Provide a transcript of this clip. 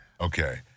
Okay